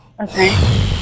Okay